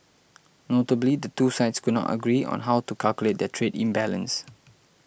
notably the two sides could not agree on how to calculate their trade imbalance